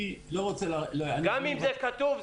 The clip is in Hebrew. גם אם זה כתוב,